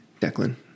Declan